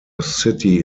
city